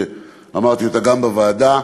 ואמרתי זאת גם בוועדה,